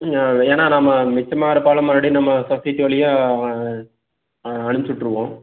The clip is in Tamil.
இல்லை ஏன்னா நாம மிச்சம் ஆகிற பாலை மறுபடியும் நம்ம சொசைட்டி வழியாக அனுப்ச்சிவிட்டுருவோம்